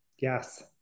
Yes